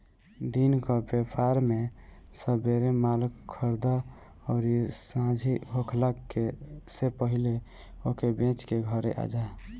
दिन कअ व्यापार में सबेरे माल खरीदअ अउरी सांझी होखला से पहिले ओके बेच के घरे आजा